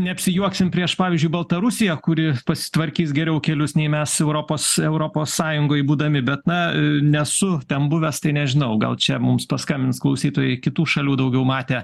neapsijuoksim prieš pavyzdžiui baltarusiją kuri pasitvarkys geriau kelius nei mes europos europos sąjungoj būdami bet na nesu ten buvęs tai nežinau gal čia mums paskambins klausytojai kitų šalių daugiau matę